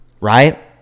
right